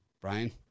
Brian